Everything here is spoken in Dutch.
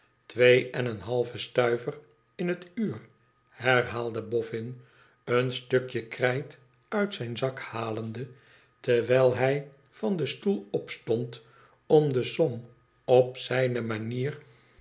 twee en een halve stuiver in het uur herhaalde bofhn een stukje krijt uit zijn zak halende terwijl hij van den stoel opstond om de som op zijne manier